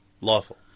lawful